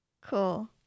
Cool